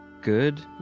good